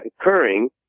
occurring